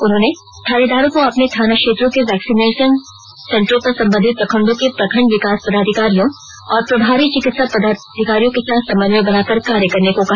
उन्होंने थानेदारों को अपने थाना क्षेत्रों के वेक्सिनेशन सेंटरों पर संबंधित प्रखंडों के प्रखंड विकास पदाधिकारियों और प्रभारी चिकित्सा पदाधिकारियों के साथ समन्वय बनांकर कार्य करने को कहा